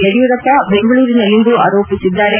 ಯಡಿಯೂರಪ್ಪ ಬೆಂಗಳೂರಿನಲ್ಲಿಂದು ಆರೋಪಿಸಿದ್ದಾರೆ